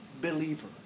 believer